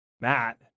Matt